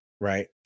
Right